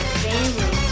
family